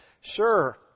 Sure